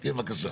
בבקשה.